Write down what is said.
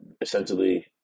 essentially –